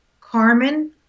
carmen